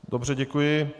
Dobře, děkuji.